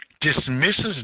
dismisses